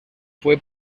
fue